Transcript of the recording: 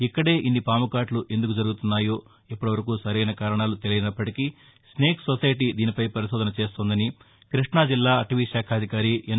ఇక్కడే ఇన్ని పాముకాట్లు ఎందుకు జరుగుతున్నాయో ఇప్పటి వరకు సరైస కారణాలు లేకున్నా స్నేక్ సొసైటీ దీనిపై పరిశోధన చేస్తోందని కృష్ణా జిల్లా అటవీ శాఖాధికారి ఎన్